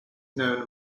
known